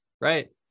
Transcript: Right